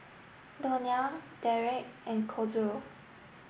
Donnell Dereck and Kazuo